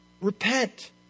Repent